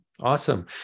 Awesome